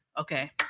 okay